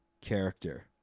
character